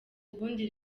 ubundi